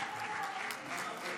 כפיים)